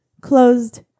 closed